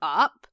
up